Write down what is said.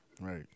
right